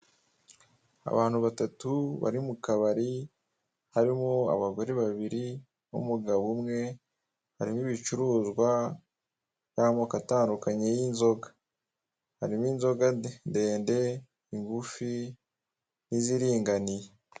Abantu batatu bari mu kabari harimo abagore babiri n'umugabo umwe. Harimo ibicuruzwa by'amoko atandukanye y'inzoga, harimo inzoga ndende, ingufi n'iziringaniye.